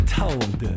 told